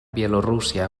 bielorússia